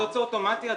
זה באופן אוטומטי אדוני.